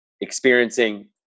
experiencing